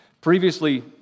previously